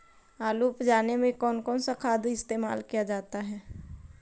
आलू उप जाने में कौन कौन सा खाद इस्तेमाल क्या जाता है?